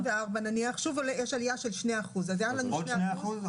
אם נניח שוב תהיה עלייה של 2%. עוד 2%?